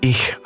Ich